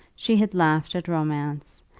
she had laughed at romance,